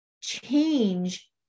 change